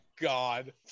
God